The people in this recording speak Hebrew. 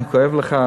אם כאב לך,